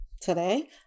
today